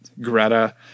Greta